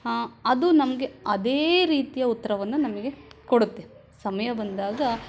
ಅದು ನಮಗೆ ಅದೇ ರೀತಿಯ ಉತ್ತರವನ್ನ ನಮಗೆ ಕೊಡುತ್ತೆ ಸಮಯ ಬಂದಾಗ